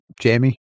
Jamie